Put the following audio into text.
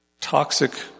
Toxic